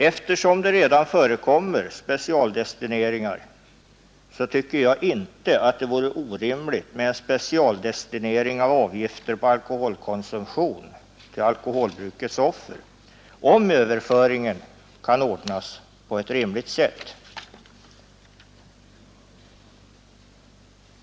Eftersom det redan förekommer specialdestineringar tycker jag inte att det vore orimligt med specialdestinering av avgifter på alkoholkonsumtion till alkoholbrukets offer, om överföringen kan ordnas på ett rimligt sätt.